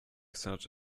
such